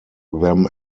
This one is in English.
them